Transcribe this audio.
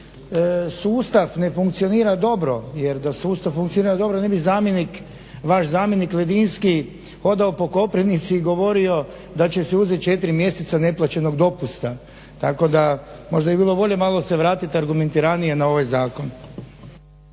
vam sustav ne funkcionira dobro jer da sustav funkcionira dobro ne bi zamjenik vaš zamjenik Ledinski odao po Koprivnici i govorio da će si uzeti 4 mjeseca neplaćenog dopusta. tako da možda bi bilo bolje malo se vratiti argumentiranije na ovaj zakon.